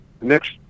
next